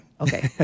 Okay